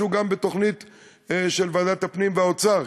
שהוא גם בתוכנית של ועדת הפנים והאוצר,